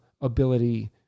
ability